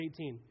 18